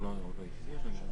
מבחינתנו זה מקובל.